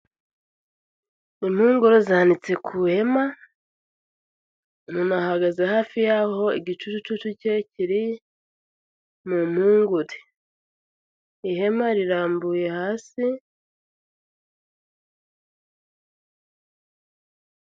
Impungure zanitse ku ihema; umuntu ahagaze hafi y'aho igicucu cye kiri mu mpungure. Ihema rirambuye hasi.